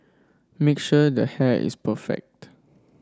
make sure the hair is perfect